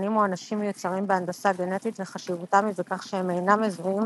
נוגדנים מואנשים מיוצרים בהנדסה גנטית וחשיבותם היא בכך שהם אינם מזוהים